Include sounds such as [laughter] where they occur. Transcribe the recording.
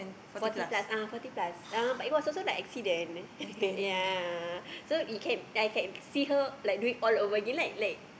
forty plus ah forty plus uh but it was also like accident [laughs] ya so it can I can see her like doing all over again like like